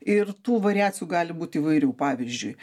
ir tų variacijų gali būt įvairių pavyzdžiui